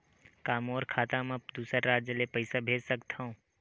का मोर खाता म दूसरा राज्य ले पईसा भेज सकथव?